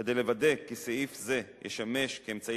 כדי לוודא כי סעיף זה ישמש כאמצעי